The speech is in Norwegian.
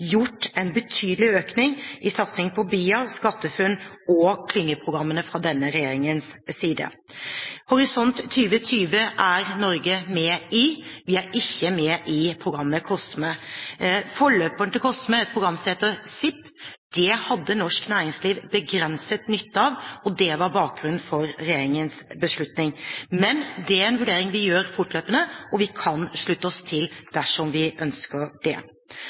gjort en betydelig økning i satsingen på BIA, skatteFUNN og klyngeprogrammene fra denne regjeringens side. Horisont 2020 er Norge med i. Vi er ikke med i programmet COSME. Forløperen til COSME, et program som heter CIP, hadde norsk næringsliv begrenset nytte av, og det var bakgrunnen for regjeringens beslutning. Men det er en vurdering vi gjør fortløpende, og vi kan slutte oss til, dersom vi ønsker det.